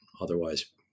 otherwise